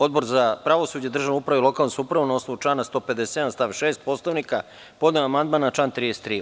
Odbor za pravosuđe, državnu upravu i lokalnu samoupravu, na osnovu člana 157. stav 6. Poslovnika, podneo je amandman na član 31.